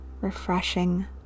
refreshing